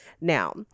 Now